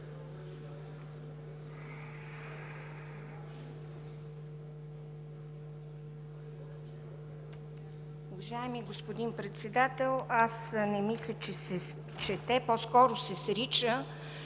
Уважаеми господин Председател, аз не мисля, че се чете, по-скоро се срича.